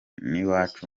n’iwacu